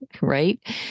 right